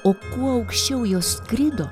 o kuo aukščiau jos skrido